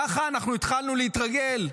ככה אנחנו התחלנו להתרגל.